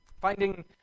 finding